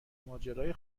ماجرای